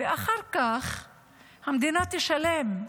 ואחר כך המדינה תשלם.